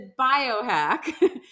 biohack